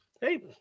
hey